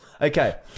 Okay